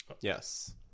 Yes